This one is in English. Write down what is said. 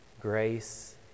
grace